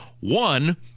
One